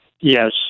Yes